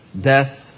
death